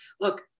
Look